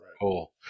cool